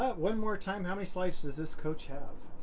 but one more time, how many slides does this coach have?